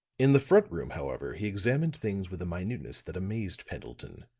in the front room, however, he examined things with a minuteness that amazed pendleton.